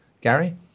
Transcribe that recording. Gary